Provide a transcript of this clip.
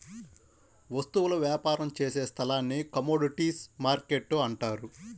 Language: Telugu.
వస్తువుల వ్యాపారం చేసే స్థలాన్ని కమోడీటీస్ మార్కెట్టు అంటారు